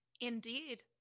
Indeed